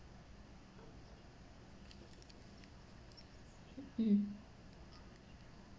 mm